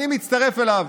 אני מצטרף אליו.